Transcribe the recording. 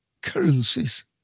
currencies